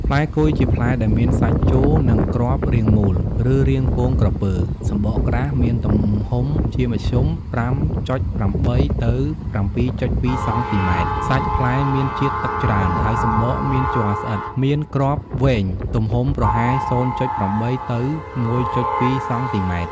ផ្លែគុយ ជាផ្លែដែលមានសាច់ជោ និងគ្រាប់ រាងមូល ឬ រាងពងក្រពើ សំបកក្រាស់ មានទំហំជាមធ្យម ៥.៨ ទៅ ៧.២ សង់ទីម៉ែត្រ។ សាច់ផ្លែមានជាតិទឹកច្រើន ហើយសំបកមានជ័រស្អិត មានគ្រាប់វែង ទំហំប្រហែល ០.៨ទៅ១.២ សង់ទីម៉ែត្រ។